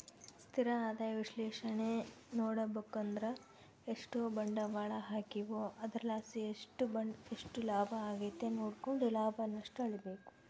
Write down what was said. ಸ್ಥಿರ ಆದಾಯ ವಿಶ್ಲೇಷಣೇನಾ ನೋಡುಬಕಂದ್ರ ಎಷ್ಟು ಬಂಡ್ವಾಳ ಹಾಕೀವೋ ಅದರ್ಲಾಸಿ ಎಷ್ಟು ಲಾಭ ಆಗೆತೆ ನೋಡ್ಕೆಂಡು ಲಾಭ ನಷ್ಟ ಅಳಿಬಕು